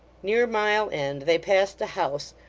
near mile end they passed a house,